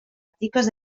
articles